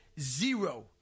zero